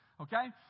Okay